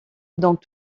dans